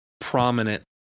prominent